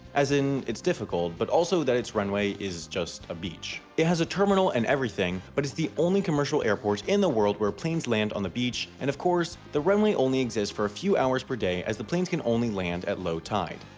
as in, its difficult but also that its runway is just a beach. it has a terminal and everything, but its the only commercial airport in the world where planes land on the beach and, of course, the runway only exists for a few hours per day as the planes can only land at low tide.